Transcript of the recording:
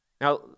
Now